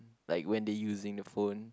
like when they using the phone